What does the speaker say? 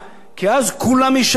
כי אז כולם ישלמו.